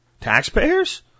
Taxpayers